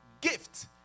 gift